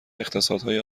اقتصادهای